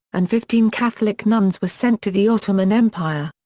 and fifteen catholic nuns were sent to the ottoman empire.